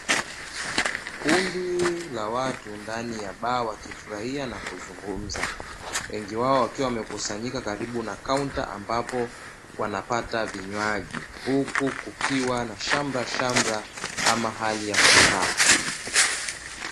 Kundi la watu ndani ya baa wakifurahia na kuzungumza. Wengi wao wakiwa wamekusanyika karibu na kaunta ambapo wanapata vinywaji, huku kukiwa na shamrashamra ama hali ya furaha.